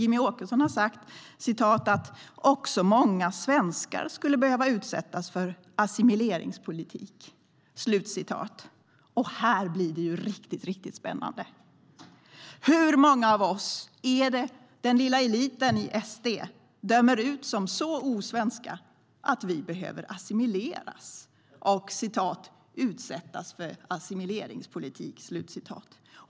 Jimmie Åkesson har sagt att "också många svenskar skulle behöva utsättas för assimileringspolitik".Här blir det riktigt spännande. Hur många av oss är det den lilla eliten i SD dömer ut som så osvenska att vi behöver assimileras och "utsättas för assimileringspolitik"?